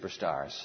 superstars